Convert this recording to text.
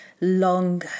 long